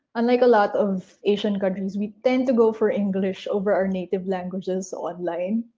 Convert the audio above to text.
unlike a lot of asian countries, we tend to go for english over our native languages online.